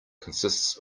consists